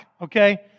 okay